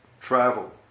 travel